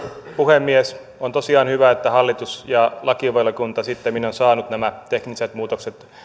puhemies on tosiaan hyvä että hallitus ja lakivaliokunta sittemmin ovat saaneet nämä tekniset muutokset